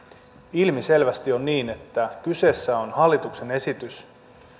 ilmiselvästi on niin että kyseessä on hallituksen esitys